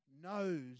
knows